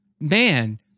man